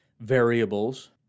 variables